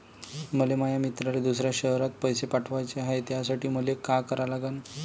मले माया मित्राले दुसऱ्या शयरात पैसे पाठवाचे हाय, त्यासाठी मले का करा लागन?